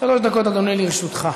שלוש דקות, אדוני, לרשותך.